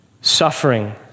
suffering